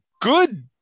good